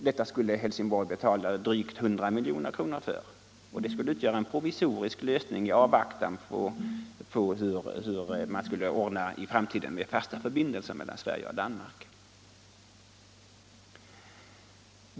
Detta skulle Helsingborg betala drygt 100 milj.kr. för. Det skulle utgöra en provisorisk lösning i avvaktan på hur man i framtiden skulle ordna fasta förbindelser mellan Sverige och Danmark.